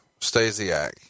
Stasiak